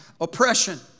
oppression